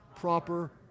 Proper